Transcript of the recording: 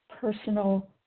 personal